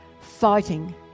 fighting